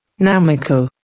Namiko